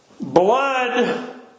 blood